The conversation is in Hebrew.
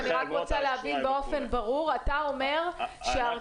אני רק רוצה להבין באופן ברור אתה אומר שארקיע